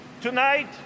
Tonight